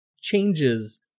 changes